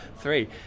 three